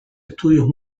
estudios